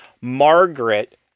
Margaret